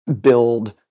build